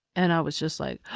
and i was just like.